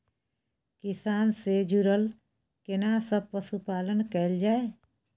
किसान से जुरल केना सब पशुपालन कैल जाय?